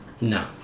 no